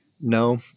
No